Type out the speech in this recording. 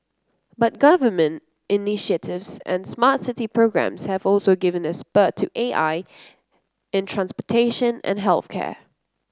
but government initiatives and smart city programs have also given a spurt to A I in transportation and health care